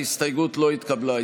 ההסתייגות לא התקבלה.